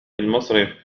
المصرف